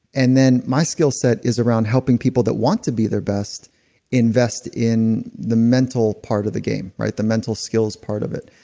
and then my skillset is around helping people that want to be their best invest in the mental part of the game, right? the mental skills part of it.